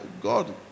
God